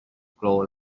grow